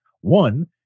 one